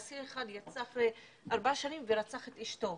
אסיר אחד יצא אחרי ארבע שנים ורצח את אשתו.